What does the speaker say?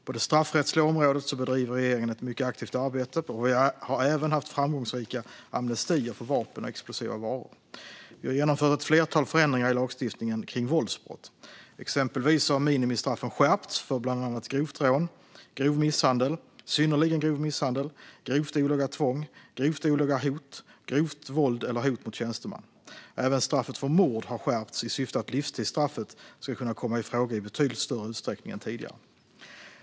På det straffrättsliga området bedriver regeringen ett mycket aktivt arbete, och vi har även haft framgångsrika amnestier för vapen och explosiva varor. Vi har genomfört ett flertal förändringar i lagstiftningen kring våldsbrott. Exempelvis har minimistraffen skärpts för bland annat grovt rån, grov misshandel, synnerligen grov misshandel, grovt olaga tvång, grovt olaga hot och grovt våld eller hot mot tjänsteman. Även straffet för mord har skärpts i syfte att livstidsstraffet ska kunna komma i fråga i betydligt större utsträckning än tidigare.